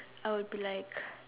I will be like